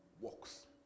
works